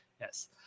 yes